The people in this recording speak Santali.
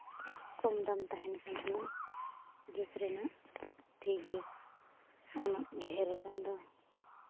ᱠᱚᱢ ᱫᱟᱢ ᱛᱟᱦᱮᱱ ᱠᱟᱱᱟ ᱜᱮᱥ ᱨᱮᱱᱟᱜ ᱴᱷᱤᱠ ᱜᱮᱭᱟ ᱩᱱᱟᱹᱜ ᱰᱷᱮᱹᱨ ᱟᱠᱟᱱ ᱫᱚ